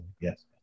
yes